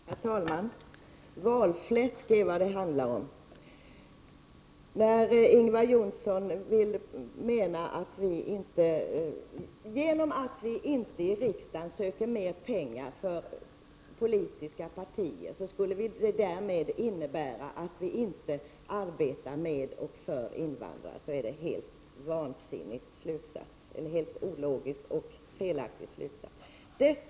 Herr talman! Valfläsk, det är vad det handlar om! Ingvar Johnsson vill mena, att då vi i folkpartiet i riksdagen inte söker mer pengar för politiska partier, skulle detta innebära att vi inte arbetar för invandrares rättigheter. Det är en helt ologisk och felaktig slutsats.